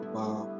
Wow